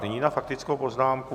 Nyní na faktickou poznámku...